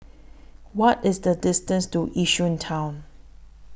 What IS The distance to Yishun Town